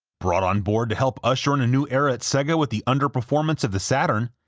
brought on board to help usher in a new era at sega with the underperformance of the saturn,